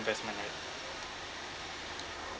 investment right